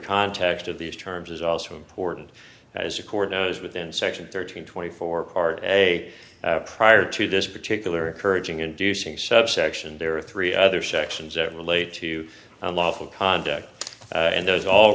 context of these terms is also important as record knows within section thirteen twenty four part a prior to this particular courage and inducing subsection there are three other sections that relate to unlawful conduct and those all